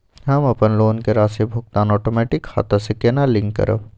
हम अपन लोन के राशि भुगतान ओटोमेटिक खाता से केना लिंक करब?